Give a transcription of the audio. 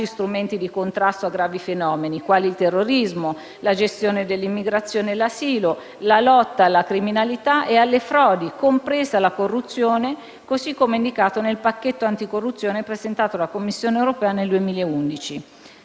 strumenti di contrasto a gravi fenomeni, quali il terrorismo, la gestione dell'immigrazione e l'asilo, la lotta alla criminalità e alle frodi, compresa la corruzione, così come indicato nel pacchetto anticorruzione presentato dalla Commissione europea nel 2011.